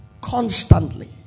constantly